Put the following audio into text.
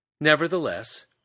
Nevertheless